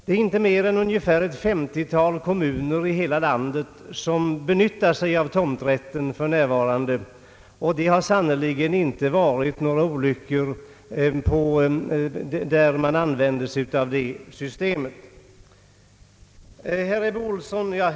Det är inte mer än ungefär ett femtiotal kommuner i hela landet som för närvarande begagnar sig av tomträtten, och det har sannerligen inte skett några olycker i de fall där detta system har använts.